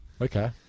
Okay